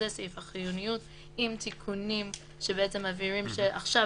זה סעיף החיוניות עם תיקונים שמבהירים שעכשיו